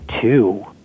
Two